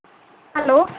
hello